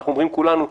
אנחנו אומרים כולנו: